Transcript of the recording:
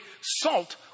salt